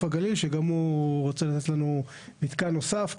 הגליל שגם הוא רוצה לתת לנו מתקן נוסף.